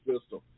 system